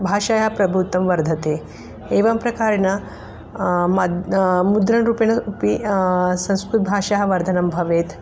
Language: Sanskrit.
भाषयाः प्रभुत्वं वर्धते एवं प्रकारेण मुद्रा मुद्रणरूपेण उपि संस्कृतभाषायाः वर्धनं भवेत्